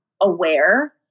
aware